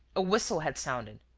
a whistle had sounded.